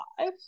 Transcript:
five